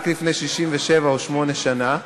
רק לפני 67 או 68 שנה.